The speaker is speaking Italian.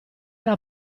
era